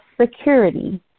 security